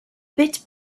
bit